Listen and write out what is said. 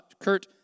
Kurt